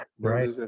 Right